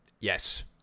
Yes